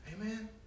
Amen